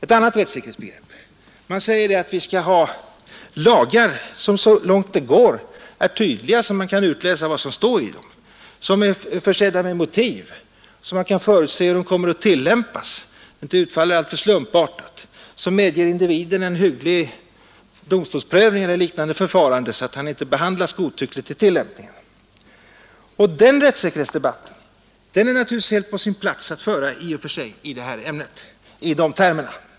Man kan säga att vi skall ha lagar som så långt det går är tydliga så att man kan utläsa vad som står i dem, lagar som är försedda med motiv så att man kan förutse deras tillämpning och undgå slumpartade och överraskande resultat, lagar som medger individen hygglig domstolsprövning eller liknande förfarande vid tvister så att han kan vara säker på att inte behandlas godtyckligt vid tillämpningen. Och den rättssäkerhetsdebatten är det naturligtvis i och för sig helt på sin plats att föra i det här ämnet och i de här termerna.